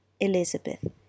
Elizabeth